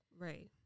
Right